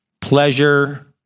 pleasure